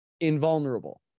invulnerable